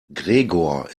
gregor